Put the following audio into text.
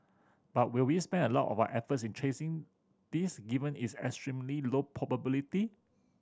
but will we spend a lot of efforts in chasing this given its extremely low probability